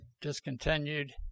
discontinued